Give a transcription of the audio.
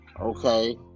okay